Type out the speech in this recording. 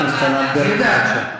הכנסת ענת ברקו, בבקשה.